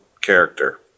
character